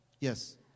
Yes